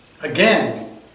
Again